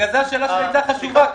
השאלה הייתה חשובה.